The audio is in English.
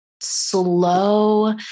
slow